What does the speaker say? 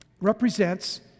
represents